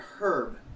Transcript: herb